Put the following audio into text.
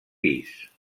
pis